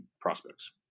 prospects